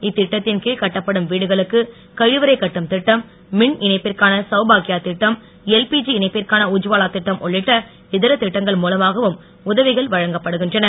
இத்திட்டத்தின் கீழ் கட்டப்படும் வீடுகளுக்கு கழிவறை கட்டும் திட்டம் மின்இணைப்பிற்கான சௌபாக்யா திட்டம் எல்பிதி இணைப்பிற்கான திட்டம் உள்ளிட்ட இதர திட்டங்கள் மூலமாகவும் உதவிகள் உஜ்வாலா வழங்கப்படுகின்றன